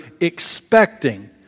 expecting